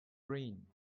rain